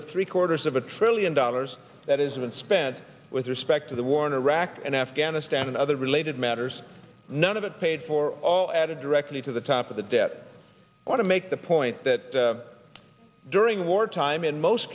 of three quarters of a trillion dollars that is when spent with respect to the war in iraq and afghanistan and other related matters none of it paid for all added directly to the top of the debt i want to make the point that during wartime in most